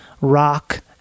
rock